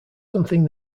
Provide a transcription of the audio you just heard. something